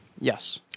Yes